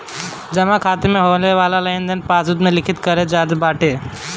जमा खाता में होके वाला लेनदेन पासबुक पअ लिखल जात बाटे